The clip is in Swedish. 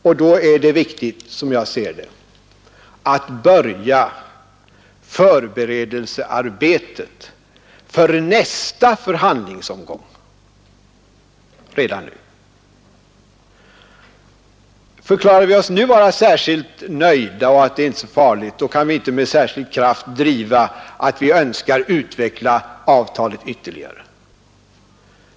Därför är det viktigt, som jag ser det, att redan nu börja förberedelsearbetet för nästa förhandlingsomgång. Om vi nu förklarar oss nöjda och säger att det inte är så farligt med det hela, så kan vi inte med särskilt stor kraft driva önskemålet att utveckla avtalet ytterligare.